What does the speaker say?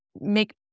make